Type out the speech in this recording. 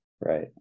Right